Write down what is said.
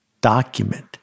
document